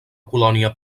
colònia